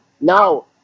No